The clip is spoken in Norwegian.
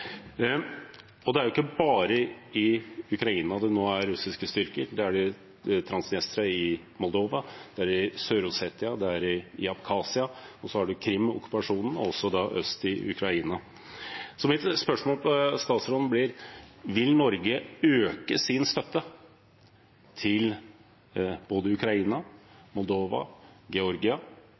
Det er ikke bare i Ukraina at det nå er russiske styrker. Det er det i Transnistria i Moldova, det er i Sør-Ossetia, og det er i Abkhasia, og så er det Krim-okkupasjonen og også øst i Ukraina. Mitt spørsmål til statsministeren blir: Vil Norge øke sin støtte til både Ukraina, Moldova og Georgia